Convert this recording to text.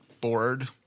board